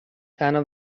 تنها